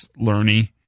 learning